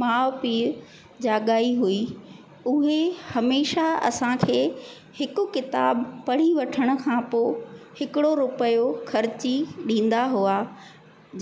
माउ पीउ जाॻाई हुई उहे हमेशा असां खे हिकु किताबु पढ़ी वठण खां पोइ हिकिड़ो रुपयो ख़र्ची ॾींदा हुआ